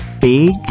big